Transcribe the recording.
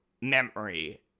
memory